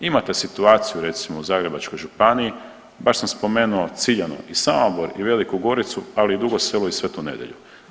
Imate situaciju, recimo u Zagrebačkoj županiji, baš sam spomenuo ciljano i Samobor i Veliku Goricu, ali i Dugo Selo i Svetu Nedelju.